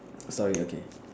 sorry okay